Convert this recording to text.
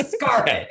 Garbage